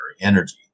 energy